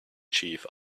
chief